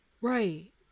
Right